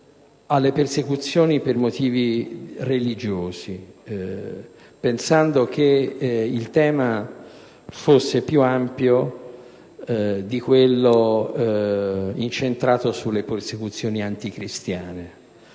alle persecuzioni per motivi religiosi, pensando che il tema fosse più ampio di quello incentrato solo sulle persecuzioni anticristiane.